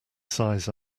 size